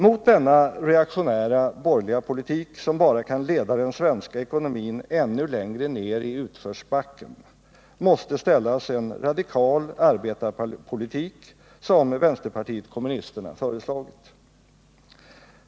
Mot denna reaktionära borgerliga politik, som bara kan leda den svenska ekonomin ännu längre ner i utförsbacken, måste ställas en radikal arbetarpolitik, som vänsterpartiet kommunisterna föreslagit.